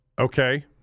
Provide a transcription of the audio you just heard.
Okay